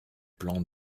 plan